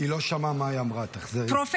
חברתי חברת הכנסת מרב מיכאלי,